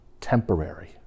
temporary